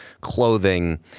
clothing